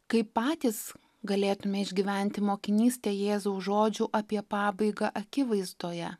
kaip patys galėtume išgyventi mokinystę jėzaus žodžių apie pabaigą akivaizdoje